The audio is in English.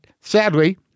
sadly